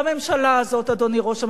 והממשלה הזאת, אדוני ראש הממשלה,